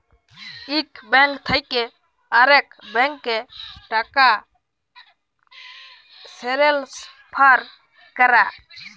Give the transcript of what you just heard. ইক ব্যাংক থ্যাকে আরেক ব্যাংকে টাকা টেলেসফার ক্যরা